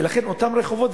ולכן אותם רחובות,